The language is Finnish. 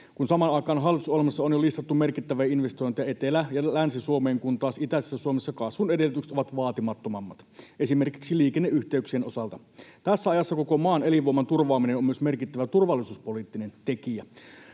aikaan kun hallitusohjelmassa on jo listattuna merkittäviä investointeja Etelä- ja Länsi-Suomeen, niin itäisessä Suomessa kasvun edellytykset ovat vaatimattomammat esimerkiksi liikenneyhteyksien osalta. Tässä ajassa koko maan elinvoiman turvaaminen on myös merkittävä turvallisuuspoliittinen tekijä.